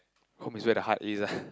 home is where the heart is lah